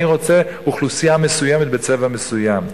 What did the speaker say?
אני רוצה אוכלוסייה מסוימת בצבע מסוים,